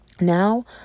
Now